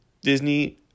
Disney